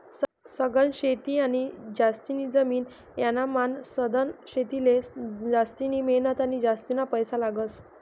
सघन शेती आणि जास्तीनी जमीन यानामान सधन शेतीले जास्तिनी मेहनत आणि जास्तीना पैसा लागस